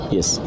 Yes